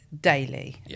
daily